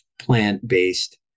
plant-based